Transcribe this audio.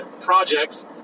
projects